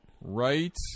Right